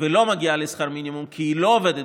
ולא מגיעה לשכר מינימום כי היא לא עובדת